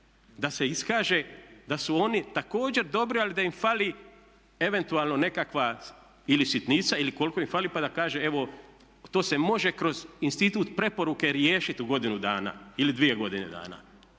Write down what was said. da se iskaže da su oni također dobri ali da im fali eventualno nekakva ili sitnica ili koliko im fali pa da kaže evo to se može kroz institut preporuke riješiti u godinu dana ili dvije godine dana.